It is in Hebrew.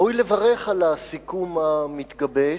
ראוי לברך על הסיכום המתגבש,